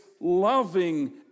loving